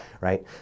Right